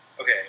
Okay